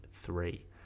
three